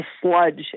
sludge